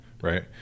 right